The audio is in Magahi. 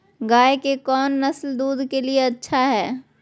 गाय के कौन नसल दूध के लिए अच्छा है?